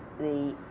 the